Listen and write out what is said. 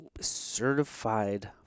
certified